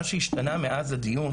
מה שהשתנה מאז הדיון